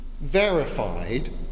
verified